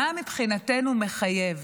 מה מבחינתנו מחייב?